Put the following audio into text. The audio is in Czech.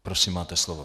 Prosím, máte slovo.